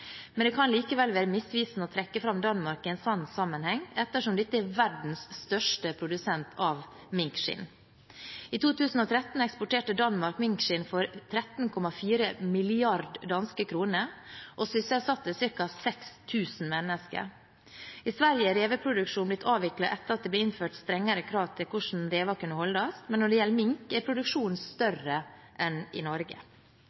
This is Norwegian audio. men det kan likevel være misvisende å trekke fram Danmark i en slik sammenheng ettersom dette er verdens største produsent av minkskinn. I 2013 eksporterte Danmark minkskinn for 13,4 mrd. DKK og sysselsatte ca. 6 000 mennesker. I Sverige er reveproduksjon blitt avviklet etter at det ble innført strengere krav til hvordan rever kunne holdes, men når det gjelder mink, er produksjonen større enn i Norge.